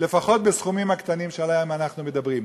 לפחות בסכומים הקטנים שעליהם אנחנו מדברים.